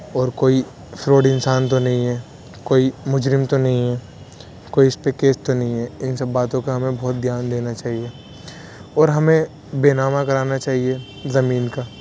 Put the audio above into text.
اور کوئی فراڈ انسان تو نہیں ہے کوئی مجرم تو نہیں ہے کوئی اس پہ کیس تو نہیں ہے ان سب باتوں کا ہمیں بہت دھیان دینا چاہیے اور ہمیں بینامہ کرانا چاہیے زمین کا